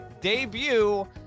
debut